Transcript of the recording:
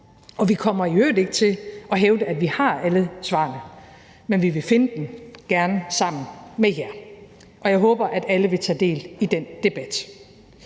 Og vi kommer i øvrigt ikke til at hævde, at vi har alle svarene, men vi vil finde dem – gerne sammen med jer, og jeg håber, at alle vil tage del i den debat.